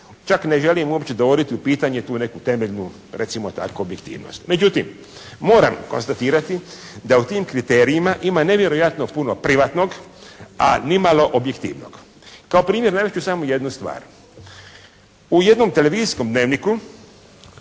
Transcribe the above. čak ne želim uopće dovoditi u pitanje tu temeljnu recimo tako, objektivnost. Međutim, moram konstatirati da u tim kriterijima ima nevjerojatno puno privatnog, a nimalo objektivnog. Kao primjer navest ću samo jednu stvar. U jednom televizijskom "Dnevniku"